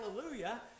hallelujah